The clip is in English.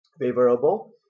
favorable